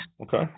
Okay